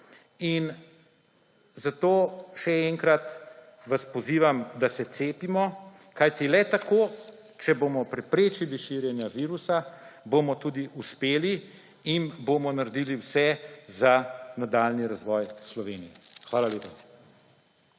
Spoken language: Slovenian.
In zato še enkrat vas pozivam, da se cepimo, kajti le tako, če bomo preprečili širjenja virusa, bomo tudi uspeli in bomo naredili vse za nadaljnji razvoj Slovenije. Hvala lepa.